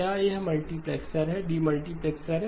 क्या यह मल्टीप्लैक्सर है डीमल्टीप्लैक्सर है